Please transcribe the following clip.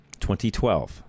2012